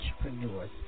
entrepreneurs